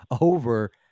over